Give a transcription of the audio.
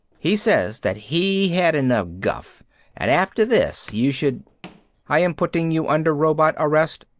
he says that he had enough guff and after this you should i am putting you under robot arrest,